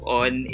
on